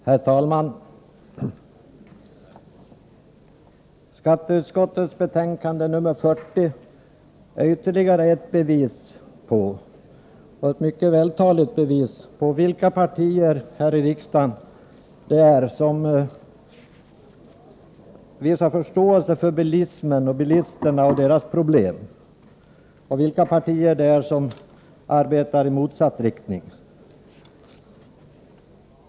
Herr talman! Skatteutskottets betänkande 40 är ytterligare ett bevis, och ett mycket vältaligt bevis, på vilka partier här i riksdagen det är som visar förståelse för bilismen, för bilisterna och deras problem, och vilka partier det är som arbetar i motsatt riktning.